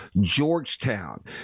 Georgetown